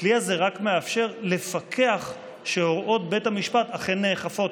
הכלי הזה רק מאפשר לפקח שהוראות בית המשפט אכן נאכפות,